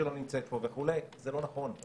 שלא נמצאת פה זה לא נכון.